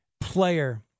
player